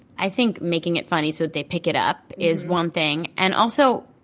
i think making it funny so that they pick it up is one thing. and also,